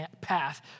path